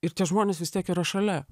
ir tie žmonės vis tiek yra šalia